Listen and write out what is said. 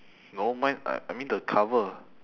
no mine I I mean the cover